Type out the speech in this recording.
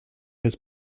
his